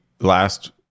last